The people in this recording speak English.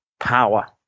Power